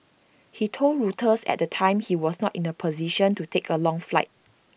he told Reuters at the time he was not in A position to take A long flight